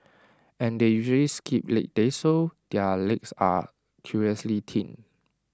and they usually skip leg days so their legs are curiously thin